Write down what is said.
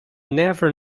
never